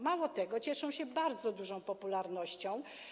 Mało tego, cieszą się bardzo dużą popularnością.